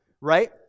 right